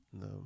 No